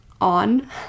on